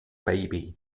baby